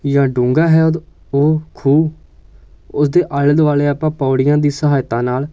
ਜਾਂ ਡੂੰਘਾ ਹੈ ਉਹ ਖੂਹ ਉਸ ਦੇ ਆਲੇ ਦੁਆਲੇ ਆਪਾਂ ਪੌੜੀਆਂ ਦੀ ਸਹਾਇਤਾ ਨਾਲ